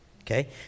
Okay